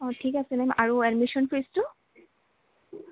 অঁ ঠিক আছে মেম আৰু এডমিশ্যন ফীজটো